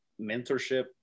mentorship